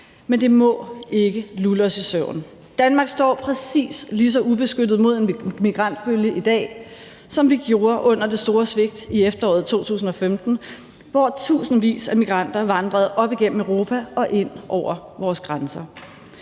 Men det må ikke lulle os i søvn. Danmark står præcist lige så ubeskyttet over for en migrantbølge i dag, som vi gjorde under det store svigt i efteråret 2015, hvor tusindvis af migranter vandrede op igennem Europa og ind over vores grænser.